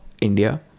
India